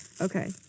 Okay